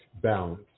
balance